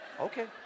Okay